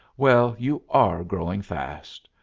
well, you are growing fast!